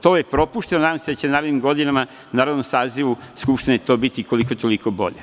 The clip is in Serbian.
To je propušteno i nadam se da će u narednim godinama, i narednom sazivu Skupštine to biti koliko toliko bolje.